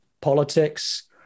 politics